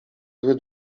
zły